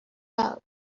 out